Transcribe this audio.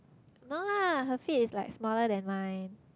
no lah her feet is like smaller than mine